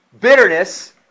bitterness